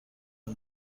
این